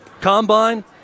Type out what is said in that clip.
Combine